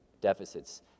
deficits